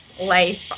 life